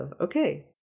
okay